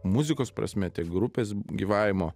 muzikos prasme tiek grupės gyvavimo